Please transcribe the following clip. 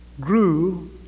grew